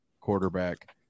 quarterback